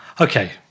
Okay